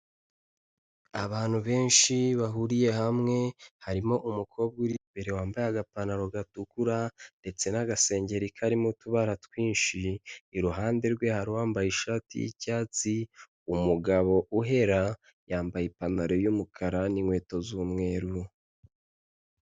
Abantu benshi bahuriye hamwe, harimo umukobwa uri imbere wambaye agapantaro gatukura, ndetse n'agasengeri karimo utubara twinshi, iruhande rwe hari uwambaye ishati y'icyatsi, umugabo uhera, yambaye ipantaro y'umukara n'inkweto z'umweru.